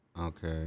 Okay